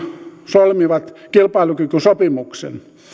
solmivat kilpailukykysopimuksen